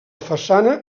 façana